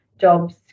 jobs